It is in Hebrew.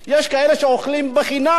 יש כאלה שאוכלים חינם,